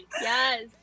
Yes